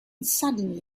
suddenly